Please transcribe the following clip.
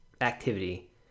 activity